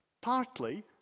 Partly